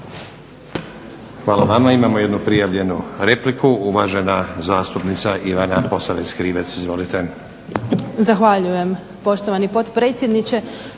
Hvala vama. Imamo jednu prijavljenu repliku. Uvažena zastupnica Ivana Posavec Krivec, izvolite.